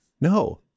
No